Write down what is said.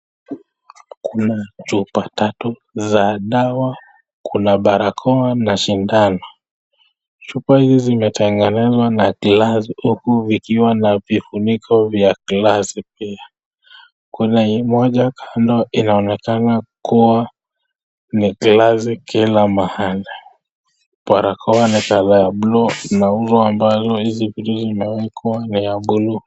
Kuna chupa tatu za dawa, kuna barakoa na sindano. Chupa hizi zimetengenezwa na glasi huku vikiwa na vifuniko vya glasi pia. Kuna moja kando inaonekana kuwa ni glasi kila mahali. Barakoa ni clolor ya buluu na uzo ambazo hizi vitu zimewekwa ni ya buluu.